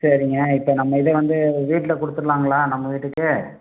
சரிங்க இப்போ நம்ம இதை வந்து வீட்டில் கொடுத்துட்லாங்களா நம்ம வீட்டுக்கு